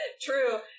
True